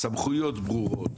סמכויות ברורות,